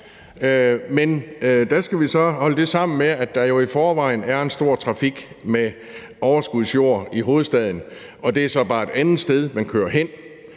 Men der skal vi så holde det sammen med, at der jo i forvejen er en stor trafik med overskudsjord i hovedstaden, og det er så bare et andet sted, man kører hen.